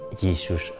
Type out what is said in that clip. Jesus